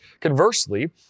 conversely